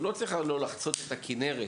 הוא לא צריך לחצות את הכינרת,